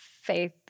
faith